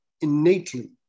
innately